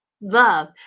love